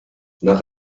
nach